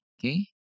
Okay